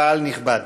קהל נכבד.